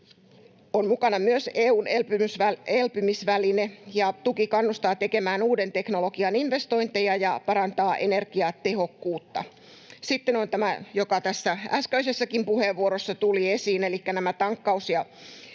on mukana myös EU:n elpymisväline. Tuki kannustaa tekemään uuden teknologian investointeja ja parantaa energiatehokkuutta. Sitten on tämä, joka äskeisessäkin puheenvuorossa tuli esiin, elikkä nämä